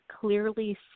clearly